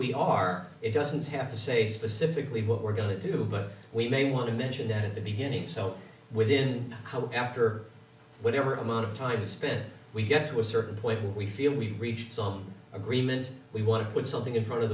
we are it doesn't have to say specifically what we're going to do but we may want to mention that at the beginning so within how after whatever amount of time spent we get to a certain point when we feel we've reached some agreement we want to put something in front of